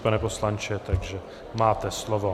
Pane poslanče, máte slovo.